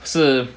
是